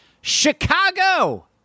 Chicago